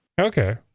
Okay